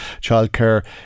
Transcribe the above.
childcare